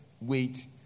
wait